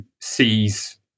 sees